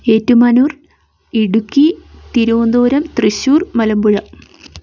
Ettumanoor Idukki Thiruvananthapuram Thrissur Malampuzha